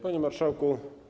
Panie Marszałku!